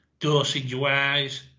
dosage-wise